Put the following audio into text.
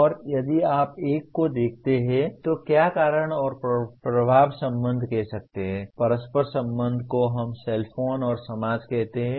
और यदि आप एक को देखते हैं तो आप क्या कारण और प्रभाव संबंध कह सकते हैं परस्पर संबंधों को हम सेलफ़ोन और समाज कहते हैं